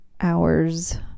Hours